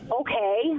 okay